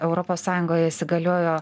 europos sąjungoje įsigaliojo